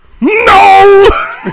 No